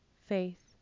faith